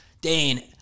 Dane